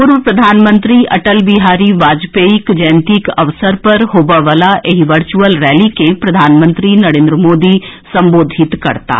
पूर्व प्रधानमंत्री अटल बिहारी वाजपेयीक जयंतीक अवसर पर होबए वला एहि वर्चुअल रैली के प्रधानमंत्री नरेन्द्र मोदी संबोधित करताह